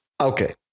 okay